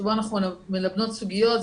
שבו אנחנו מלבנים סוגיות,